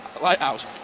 lighthouse